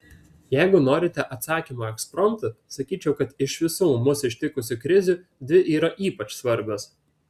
jeigu norite atsakymo ekspromtu sakyčiau kad iš visų mus ištikusių krizių dvi yra ypač svarbios